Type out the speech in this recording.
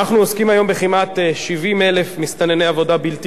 אנחנו עוסקים היום בכמעט 70,000 מסתנני עבודה בלתי